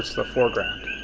the foreground.